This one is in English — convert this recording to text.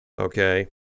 Okay